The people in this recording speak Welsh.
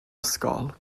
ysgol